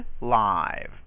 live